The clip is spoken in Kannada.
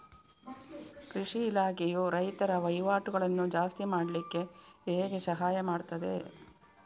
ಕೃಷಿ ಇಲಾಖೆಯು ರೈತರ ವಹಿವಾಟುಗಳನ್ನು ಜಾಸ್ತಿ ಮಾಡ್ಲಿಕ್ಕೆ ಹೇಗೆ ಸಹಾಯ ಮಾಡ್ತದೆ?